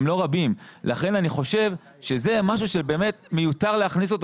לכן אני חושב שזה משהו שבאמת מיותר להכניס אותו